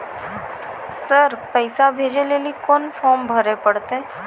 Sir पैसा भेजै लेली कोन फॉर्म भरे परतै?